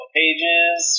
pages